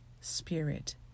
spirit